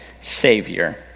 Savior